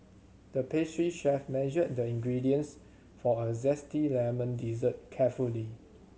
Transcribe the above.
the pastry chef measured the ingredients for a zesty lemon dessert carefully